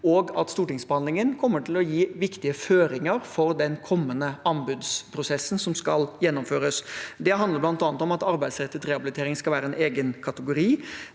og at stortingsbehandlingen kommer til å gi viktige føringer for den kommende anbudsprosessen som skal gjennomføres. Det handler bl.a. om at arbeidsrettet rehabilitering skal være en egen kategori,